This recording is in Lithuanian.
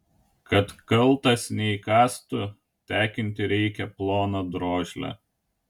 kad kaltas neįkaistų tekinti reikia ploną drožlę